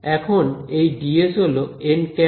এখন এই dS হল dS